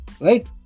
right